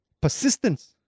persistence